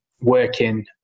working